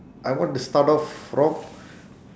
I want to start off from